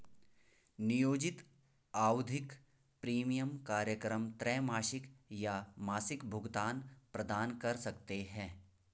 नियोजित आवधिक प्रीमियम कार्यक्रम त्रैमासिक या मासिक भुगतान प्रदान कर सकते हैं